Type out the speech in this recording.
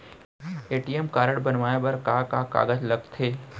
ATM card बनवाये बर का का कागज लगथे?